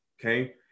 okay